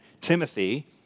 Timothy